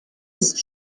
ist